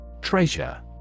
Treasure